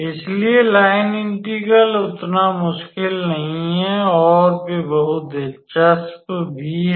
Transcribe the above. इसलिए line integral उतना मुश्किल नहीं है और वे बहुत दिलचस्प भी हैं